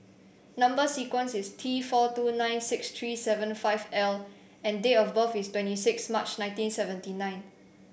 number sequence is T four two nine six three seven five L and date of birth is twenty six March nineteen seventy nine